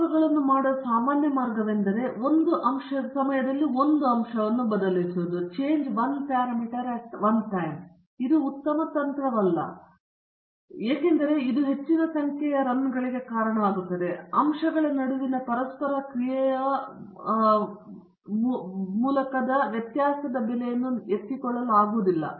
ಪ್ರಯೋಗಗಳನ್ನು ಮಾಡುವ ಸಾಮಾನ್ಯ ಮಾರ್ಗವೆಂದರೆ ಒಂದು ಸಮಯದಲ್ಲಿ ಒಂದು ಅಂಶವನ್ನು ಬದಲಿಸುವುದು ಇದು ಉತ್ತಮ ತಂತ್ರವಲ್ಲ ಏಕೆಂದರೆ ಇದು ಹೆಚ್ಚಿನ ಸಂಖ್ಯೆಯ ಓಟಗಳಿಗೆ ಕಾರಣವಾಗುತ್ತದೆ ಮತ್ತು ಅಂಶಗಳ ನಡುವಿನ ಪರಸ್ಪರ ಕ್ರಿಯೆಯ ಮೂಲಕ ವ್ಯತ್ಯಾಸದ ಬೆಲೆಯನ್ನು ಎತ್ತಿಕೊಳ್ಳುವುದಿಲ್ಲ